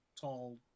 tall